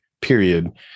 period